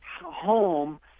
home